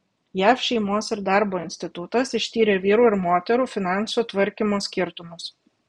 jav šeimos ir darbo institutas ištyrė vyrų ir moterų finansų tvarkymo skirtumus